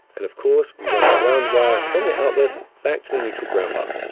and of course, we run the ground wire from the outlet back to the neutral ground bar.